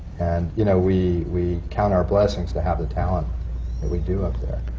and you know, we we count our blessings to have the talent that we do up there.